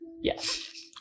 Yes